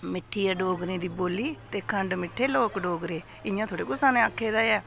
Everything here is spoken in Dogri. मिट्ठी ऐ डोगरें दी बोल्ली ते खंड मिट्ठे लोक डोगरे इ'यां थोह्ड़े कुसै ने आक्खे दा ऐ